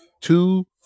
two